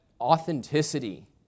authenticity